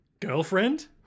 Girlfriend